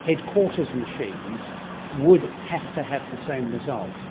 headquarters machines would have to have the same result,